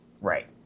right